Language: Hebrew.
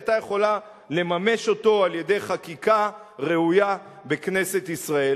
היא היתה יכולה לממש אותו על-ידי חקיקה ראויה בכנסת ישראל.